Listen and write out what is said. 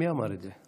מי אמר את זה?